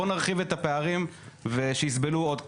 בואו נרחיב את הפערים ושיסבלו עוד קצת.